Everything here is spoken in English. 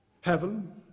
Heaven